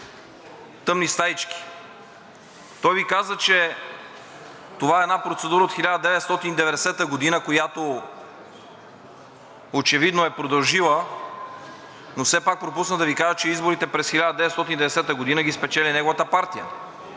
тъмни стаички. Той Ви каза, че това е една процедура от 1990 г., която очевидно е продължила, но все пак пропусна да Ви каже, че изборите през 1990 г. ги спечели неговата партия,